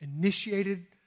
initiated